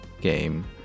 game